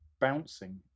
bouncing